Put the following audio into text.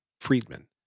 Friedman